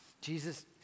Jesus